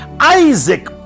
isaac